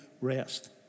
rest